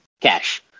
cash